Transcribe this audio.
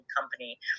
company